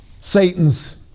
Satan's